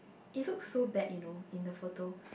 it looks so bad you know in the photo